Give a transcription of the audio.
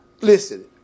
Listen